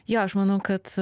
jo aš manau kad